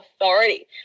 authority